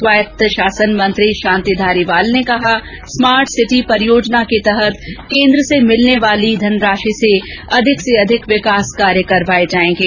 स्वायत्त शासन मंत्री शांति धारीवाल ने कहा स्मार्ट सिटी परियोजना के तहत केन्द्र से मिलने वाली धनराशि से अधिक से अधिक विकास कार्य करवाये जायेंगे